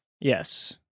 Yes